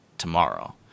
tomorrow